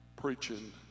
preaching